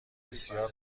بسیار